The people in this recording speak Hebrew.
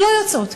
שלא יוצאות,